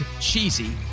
cheesy